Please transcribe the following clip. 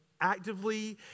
actively